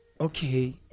okay